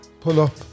Pull-up